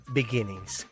beginnings